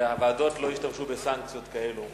והוועדות לא ישתמשו בסנקציות כאלו.